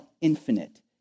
infinite